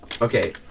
Okay